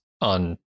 on